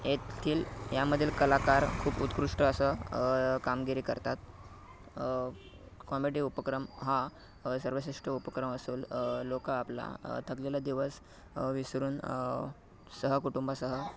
येथील या मधील कलाकार खूप उत्कृष्ट असं कामगिरी करतात कॉमेडी उपक्रम हा सर्वश्रेष्ठ उपक्रम असं लोक आपला थकलेला दिवस विसरून सहकुटुंब सह